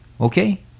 okay